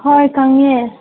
ꯍꯣꯏ ꯈꯪꯉꯦ